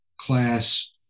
class